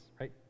right